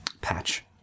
patch